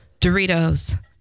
Doritos